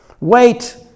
Wait